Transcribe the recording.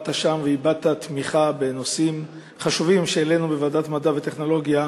באת לשם והבעת תמיכה בנושאים חשובים שהעלינו בוועדת המדע והטכנולוגיה,